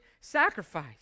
sacrifice